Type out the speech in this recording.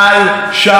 בבקשה,